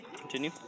continue